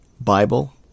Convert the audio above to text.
Bible